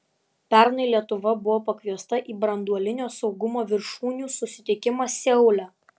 pernai lietuva buvo pakviesta į branduolinio saugumo viršūnių susitikimą seule